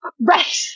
Right